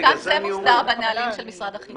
גם זה מוסדר בנהלים של משרד החינוך.